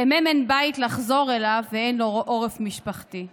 למ' אין בית לחזור אליו ואין לו עורף משפחתי.